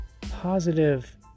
positive